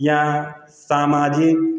या सामाजिक